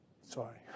Sorry